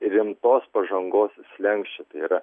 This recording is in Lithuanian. rimtos pažangos slenksčio tai yra